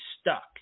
stuck